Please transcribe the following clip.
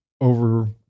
over